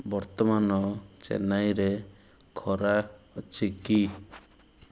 ବର୍ତ୍ତମାନ ଚେନ୍ନାଇରେ ଖରା ଅଛି କି